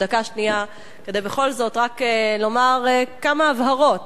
ודקה שנייה כדי בכל זאת רק לומר כמה הבהרות.